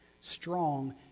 Strong